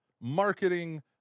marketing